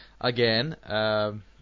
again